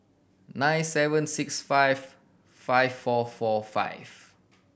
nine seven six five five four four five